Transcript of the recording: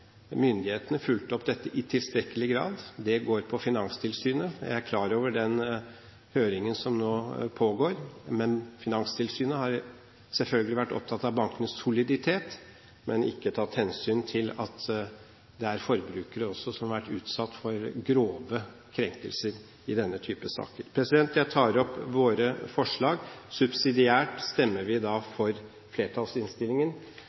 myndighetene fulgt opp dette i tilstrekkelig grad – det går på Finanstilsynet. Jeg er klar over den høringen som nå pågår, men Finanstilsynet har selvfølgelig vært opptatt av bankenes soliditet, men ikke tatt hensyn til at det også er forbrukere som har vært utsatt for grove krenkelser i denne type saker. Jeg tar opp våre forslag. Subsidiært stemmer vi